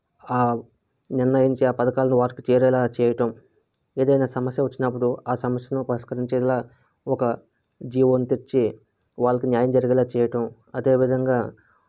నిర్ణయించి ఆ పథకాలను వారికి చేరాలా చేయటం ఏదైనా సమస్య వచ్చినప్పుడు ఆ సమస్యను పరిష్కరించేలా ఒక జీవోను తెచ్చి వాళ్ళకు న్యాయం జరిగేలా చేయటం అదేవిధంగా